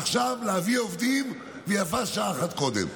עכשיו להביא עובדים, ויפה שעה אחת קודם.